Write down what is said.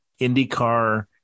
IndyCar